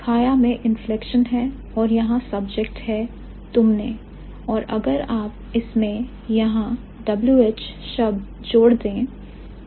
खाया में inflection है और यहां subject है तुमने और अगर आप उसमें यहां WH शब्द जोड़ दें